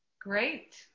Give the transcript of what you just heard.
Great